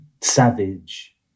savage